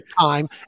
time